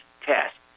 test